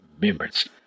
remembrance